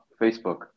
Facebook